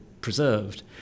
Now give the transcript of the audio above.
preserved